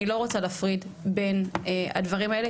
אני לא רוצה להפריד בין הדברים האלה,